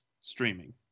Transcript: streaming